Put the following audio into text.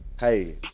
Hey